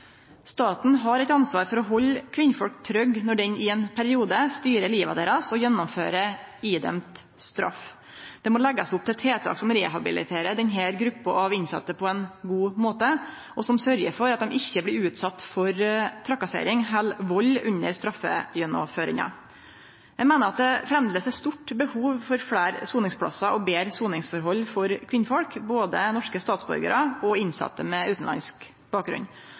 Staten har eit ansvar for å halde kvinnfolk trygge når han i ein periode styrer liva deira og gjennomfører idømd straff. Det må leggjast opp til tiltak som rehabiliterer denne gruppa innsette på ein god måte, og som sørgjer for at dei ikkje blir utsette for trakassering eller vald under straffegjennomføringa. Eg meiner det framleis er stort behov for fleire soningsplassar og betre soningsforhold for kvinnfolk, både norske statsborgarar og innsette med utanlandsk bakgrunn.